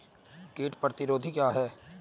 कीट प्रतिरोधी क्या है?